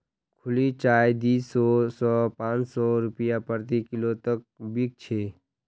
खुली चाय दी सौ स पाँच सौ रूपया प्रति किलो तक बिक छेक